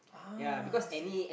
ah I see